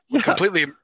completely